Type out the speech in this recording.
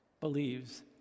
believes